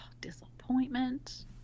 disappointment